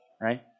right